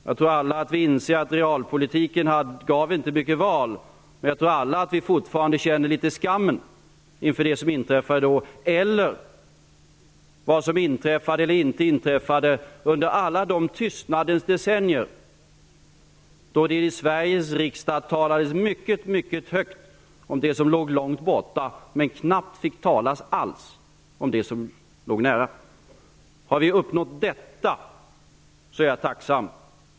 Jag tror att vi alla inser att realpolitiken inte gav mycket val, men vi känner nog fortfarande litet skam inför det som inträffade då och vad som inträffade eller inte inträffade under alla de tystnadens decennier då det i Sveriges riksdag talades mycket högt om det som låg långt borta men knappt talades alls om det som låg nära. Om vi har uppnått detta är jag tacksam.